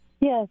Yes